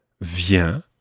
viens